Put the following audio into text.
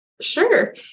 Sure